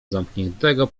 zamkniętego